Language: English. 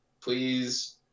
please